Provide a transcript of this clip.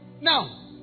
now